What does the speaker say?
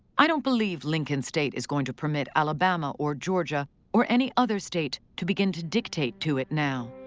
i don't believe lincoln's state is going to permit alabama or georgia or any other state to begin to dictate to it now.